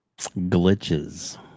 glitches